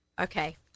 Okay